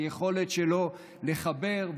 היכולת שלו לחבר.